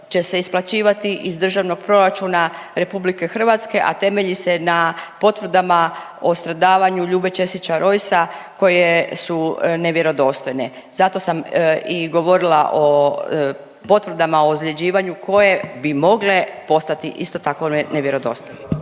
će se isplaćivati iz državnog proračuna RH, a temelji se na potvrdama o stradavanju Ljube Ćesića Rojsa koje su nevjerodostojne. Zato sam i govorila o potvrdama o ozljeđivanju koje bi mogle postati isto tako nevjerodostojne.